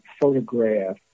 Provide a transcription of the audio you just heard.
photograph